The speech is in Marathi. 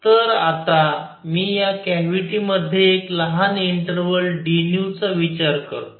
तर आता मी या कॅव्हिटी मध्ये एक लहान इंटर्वल d चा विचार करतो